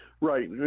Right